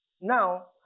now